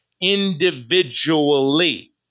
individually